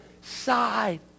side